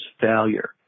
failure